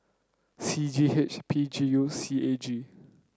C G H P G U C A G